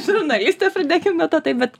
žurnalistė pradėkim nuo to bet